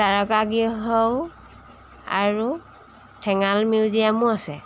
তাৰকা গৃহও আৰু ঠেঙাল মিউজিয়ামো আছে